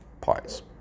pies